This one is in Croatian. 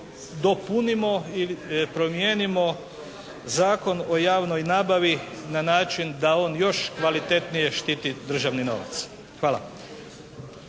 dopunimo ili promijenimo Zakon o javnoj nabavi na način da on još kvalitetnije štiti državni novac. Hvala.